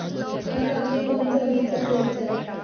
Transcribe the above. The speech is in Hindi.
कम दाम में कौन सा बीज सबसे अच्छा है?